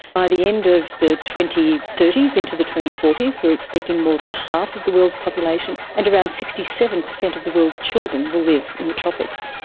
by the end of the twenty thirty s, into the twenty forty s we are expecting more than half of the world's population and around sixty seven percent of the world's children will live in the tropics.